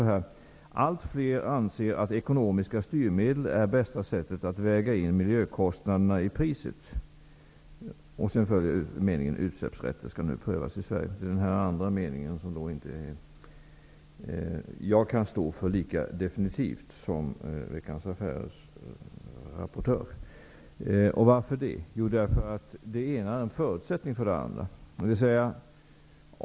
Där står: Allt fler anser att ekonomiska styrmedel är bästa sättet att väga in miljökostnaderna i priset. Sedan följer: Utsläppsrätten skall nu prövas i Sverige. Det är denna andra mening som jag inte kan stå för lika definitivt som Veckans Affärers rapportör. Varför kan jag då inte det? Jo, det ena är en förutsättning för det andra.